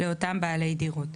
לאותם בעלי דירות,